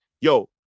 Yo